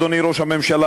אדוני ראש הממשלה,